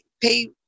pay